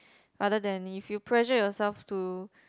rather than if you pressure yourself to